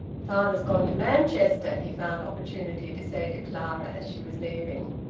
father's gone to manchester, he found opportunity to say to clara as she was leaving.